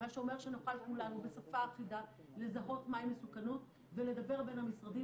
מה שאומר שנוכל כולנו בשפה אחידה לזהות מהי מסוכנות ולדבר בין המשרדים